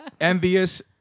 Envious